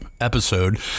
episode